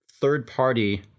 third-party